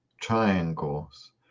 triangles